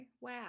wow